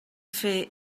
fer